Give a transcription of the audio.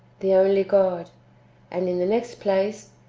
the only god and in the next place,